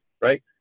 right